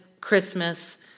Christmas